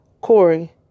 Corey